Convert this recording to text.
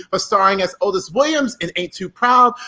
ah starting as otis williams in ain't too proud,